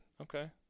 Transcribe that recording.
okay